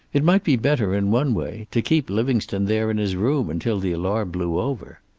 it might be better, in one way, to keep livingstone there in his room until the alarm blew over.